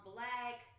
Black